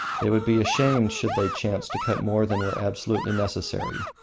they would be ashamed should they chance to cut more than were absolutely necessary.